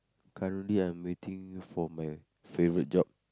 currently I'm waiting for my favorite job